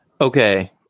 okay